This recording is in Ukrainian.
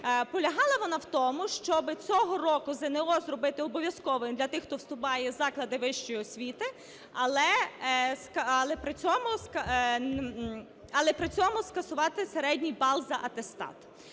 Полягала вона в тому, щоби цього року ЗНО зробити обов'язковим для тих, хто вступає в заклади вищої освіти, але при цьому скасувати середній бал за атестат.